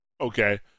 Okay